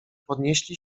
podnieśli